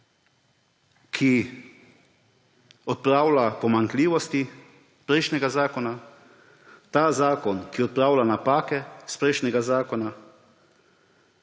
ki odpravlja pomanjkljivosti prejšnjega zakona, ta zakon, ki odpravlja napake iz prejšnjega zakona,